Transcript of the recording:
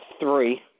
three